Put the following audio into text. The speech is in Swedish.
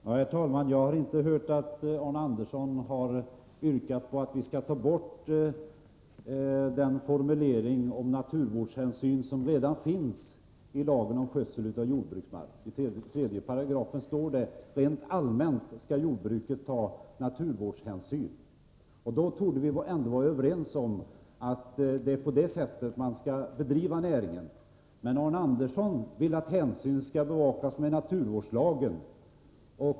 Herr talman! Jag har inte hört att Arne Andersson i Ljung har yrkat att vi skall ta bort den formulering om naturvårdshänsyn som redan finns i lagen om skötsel av jordbruksmark. I lagen står det att jordbruket rent allmänt skall ta naturvårdshänsyn. Vi torde ändå vara överens om att det är på det sättet näringen skall drivas. Men Arne Andersson vill att dessa hänsyn skall bevakas med naturvårdslagen.